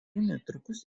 netrukus